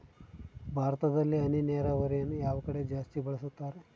ಭಾರತದಲ್ಲಿ ಹನಿ ನೇರಾವರಿಯನ್ನು ಯಾವ ಕಡೆ ಜಾಸ್ತಿ ಬಳಸುತ್ತಾರೆ?